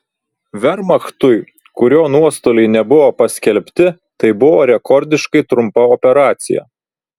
vermachtui kurio nuostoliai nebuvo paskelbti tai buvo rekordiškai trumpa operacija